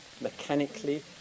mechanically